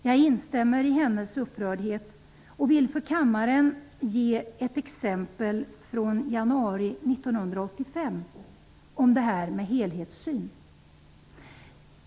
Jag instämmer i hennes upprördhet och vill ge kammaren ett exempel från januari 1985 rörande helhetssyn.